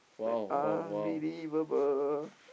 unbelievable